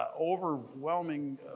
overwhelming